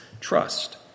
trust